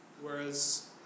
Whereas